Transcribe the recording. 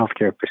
healthcare